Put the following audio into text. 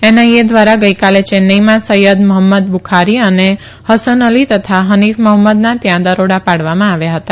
NIA દ્વારા ગઈકાલે ચેન્નાઈમાં સૈયદ મહંમદ બુખારી અને હસન અલી તથા હનીફ મહંમદના ત્યાં દરોડા પાડવામાં આવ્યા હતા